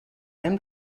hem